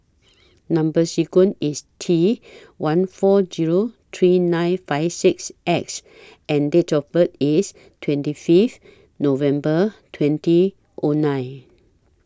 Number sequence IS T one four Zero three nine five six X and Date of birth IS twenty Fifth November twenty O nine